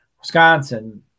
Wisconsin